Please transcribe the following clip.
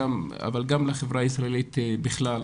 אבל גם לחברה הישראלית בכלל.